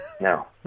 No